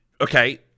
okay